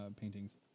paintings